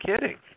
kidding